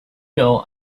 know